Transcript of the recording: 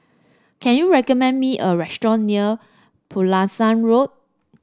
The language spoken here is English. can you recommend me a restaurant near Pulasan Road